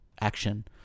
action